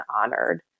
honored